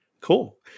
Cool